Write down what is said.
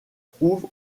trouve